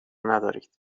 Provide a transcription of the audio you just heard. ندارید